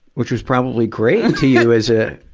which was probably great to you as a,